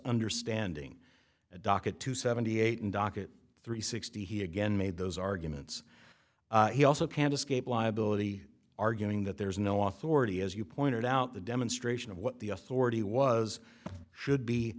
understanding docket two seventy eight and docket three sixty he again made those arguments he also can't escape liability arguing that there's no author already as you pointed out the demonstration of what the authority was should be